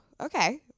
okay